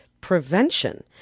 prevention